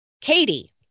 Katie